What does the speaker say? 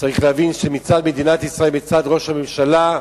צריך להבין שמצד מדינת ישראל, מצד ראש הממשלה,